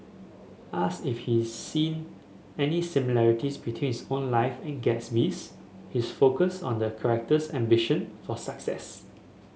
ask if he seen any similarities between his own life and Gatsby's his focus on the character's ambition for success